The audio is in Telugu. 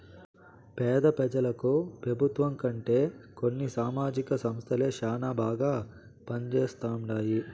పేద పెజలకు పెబుత్వం కంటే కొన్ని సామాజిక సంస్థలే శానా బాగా పంజేస్తండాయి